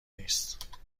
نیست